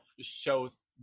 shows